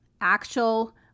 actual